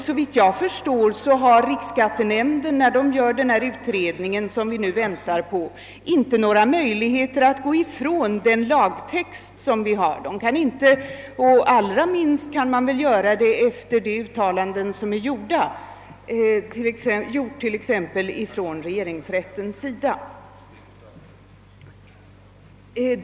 Såvitt jag förstår har riksskattenämnden, när man gör den utredning vi nu väntar på inte några möjligheter att gå ifrån den lagtext vi har. Allra minst kan man göra det efter de uttalanden som gjorts från regeringsrättens sida.